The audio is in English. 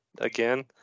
again